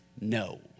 No